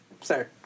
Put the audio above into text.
sir